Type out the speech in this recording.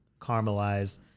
caramelized